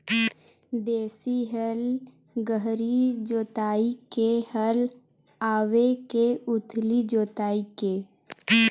देशी हल गहरी जोताई के हल आवे के उथली जोताई के?